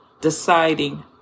deciding